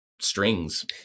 strings